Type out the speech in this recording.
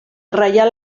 reial